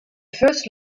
first